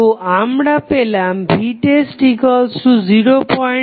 তো আমরা পেলাম vtest06V